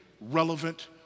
relevant